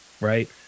right